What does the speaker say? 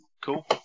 cool